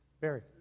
Barry